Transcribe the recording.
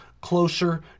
closer